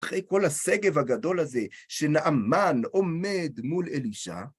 אחרי כל השגב הגדול הזה, שנעמן עומד מול אלישע.